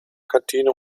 kantine